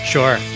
Sure